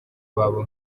babo